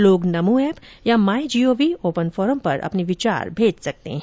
लोग नमो ऐप या MyGov open forum में अपने विचार साझा कर सकते हैं